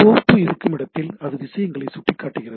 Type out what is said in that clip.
கோப்பு இருக்கும் இடத்தில் அது விஷயங்களை சுட்டிக்காட்டுகிறது